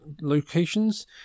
locations